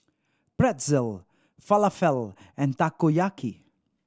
Pretzel Falafel and Takoyaki